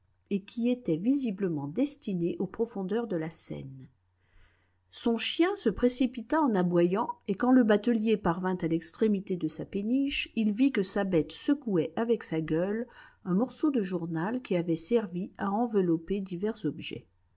et qui était visiblement destinée aux profondeurs de la seine son chien se précipita en aboyant et quand le batelier parvint à l'extrémité de sa péniche il vit que sa bête secouait avec sa gueule un morceau de journal qui avait servi à envelopper divers objets